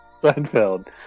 Seinfeld